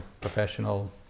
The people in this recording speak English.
professional